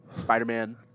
Spider-Man